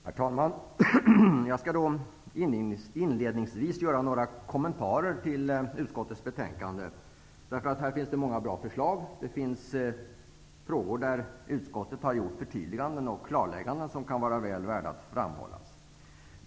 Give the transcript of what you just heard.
Herr talman! Jag skall inledningsvis göra några kommentarer till utskottets betänkande. Här finns många bra förslag. Det finns frågor där utskottet har gjort förtydliganden och klarlägganden som kan vara väl värda att framhålla.